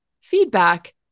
feedback